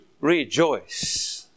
rejoice